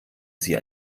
sie